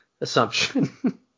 assumption